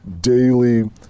daily